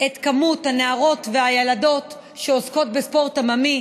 את מספר הנערות והילדות שעוסקות בספורט עממי,